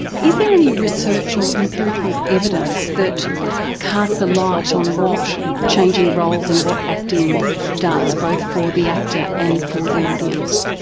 is there any research or empirical evidence that casts a light on what changing roles and what acting does both for the actor and for the audience?